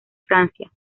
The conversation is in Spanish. francia